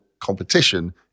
competition